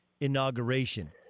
inauguration